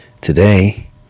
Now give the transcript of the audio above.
Today